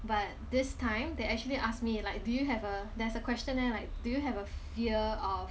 but this time they actually ask me like do you have a there's a questionnaire like do you have a fear of